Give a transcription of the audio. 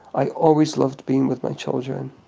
i always loved being with my children.